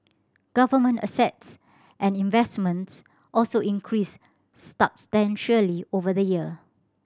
government assets and investments also increased over the year